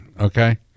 Okay